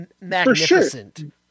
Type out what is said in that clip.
magnificent